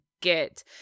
get